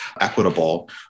equitable